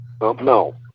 No